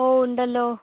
ഓ ഉണ്ടല്ലോ